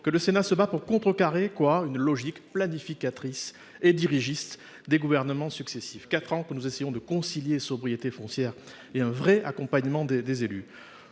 ! Le Sénat se bat pour contrecarrer une logique planificatrice et dirigiste imposée par les gouvernements successifs. Voilà quatre ans que nous essayons de concilier la sobriété foncière avec un vrai accompagnement des élus.